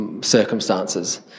circumstances